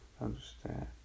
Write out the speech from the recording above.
understand